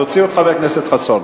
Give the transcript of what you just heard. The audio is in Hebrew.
תוציאו את חבר הכנסת חסון.